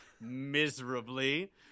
miserably